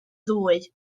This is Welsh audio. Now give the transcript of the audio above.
ddwy